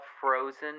Frozen